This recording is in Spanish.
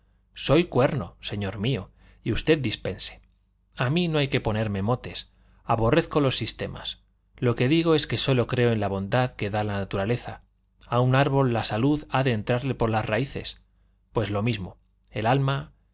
soy cuerno señor mío y usted dispense a mí no hay que ponerme motes aborrezco los sistemas lo que digo es que sólo creo en la bondad que da la naturaleza a un árbol la salud ha de entrarle por las raíces pues es lo mismo el alma